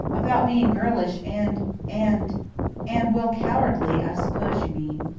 about being girlish and and and, well, cowardly, i suppose you mean.